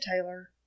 Taylor